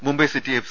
Mumbai city F